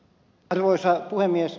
arvoisa puhemies